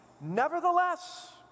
nevertheless